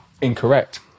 incorrect